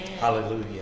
Hallelujah